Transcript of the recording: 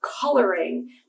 coloring